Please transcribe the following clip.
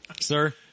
Sir